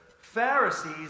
Pharisees